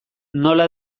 nola